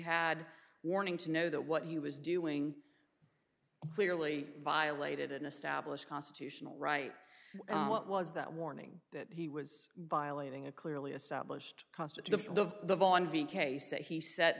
had warning to know that what he was doing clearly violated an established constitutional right what was that warning that he was violating a clearly established constituted of the voluntary case that he s